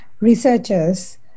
researchers